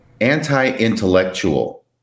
anti-intellectual